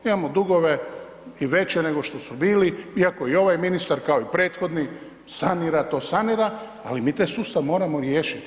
Imamo dugove i veće nego što su bili, iako ovaj ministar kao i prethodni sanira to sanira, ali mi taj sustav moramo riješiti.